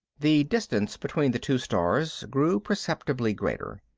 the distance between the two stars grew perceptibly greater.